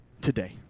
today